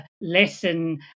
lesson